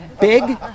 big